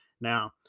Now